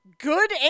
Good